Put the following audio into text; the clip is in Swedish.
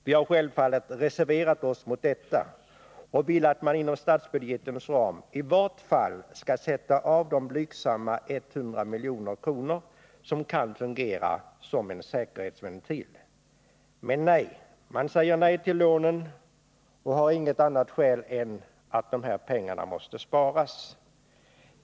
Vi har självfallet reserverat oss mot detta och vill att man inom statsbudgetens ram i vart fall skall sätta av de blygsamma 100 milj.kr. som kan fungera som en säkerhetsventil. Men nej, man säger nej till lånen och har inget annat skäl än att de här pengarna måste sparas.